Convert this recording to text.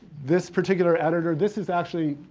this particular editor, this is actually,